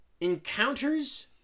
encounters